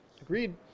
Agreed